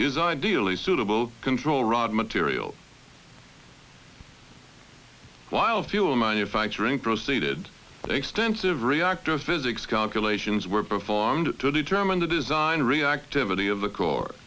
is ideally suitable control rod material while fuel manufacturing proceeded extensive reactor physics calculations were performed to determine the design reactivity of the c